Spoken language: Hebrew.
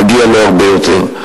מגיע לו הרבה יותר.